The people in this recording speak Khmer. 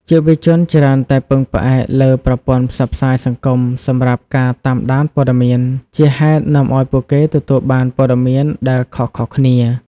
យុវជនច្រើនតែពឹងផ្អែកលើប្រព័ន្ធផ្សព្វផ្សាយសង្គមសម្រាប់ការតាមដានព័ត៌មាន ជាហេតុនាំឱ្យពួកគេទទួលបានព័ត៌មានដែលខុសៗគ្នា។